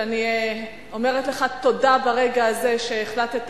ואני אומרת לך תודה ברגע הזה על שהחלטת